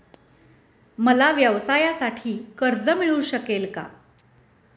मला व्यवसायासाठी कर्ज मिळू शकेल का?